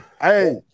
Hey